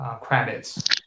credits